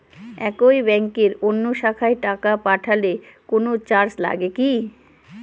একই ব্যাংকের অন্য শাখায় টাকা পাঠালে কোন চার্জ লাগে কি?